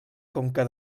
conca